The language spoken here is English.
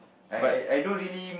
but